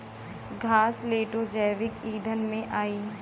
घासलेटो जैविक ईंधन में आई